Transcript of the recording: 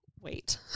Wait